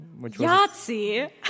Yahtzee